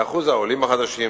ואחוז העולים החדשים.